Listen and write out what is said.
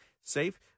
safe